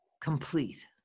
complete